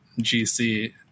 GC